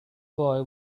boy